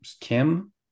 Kim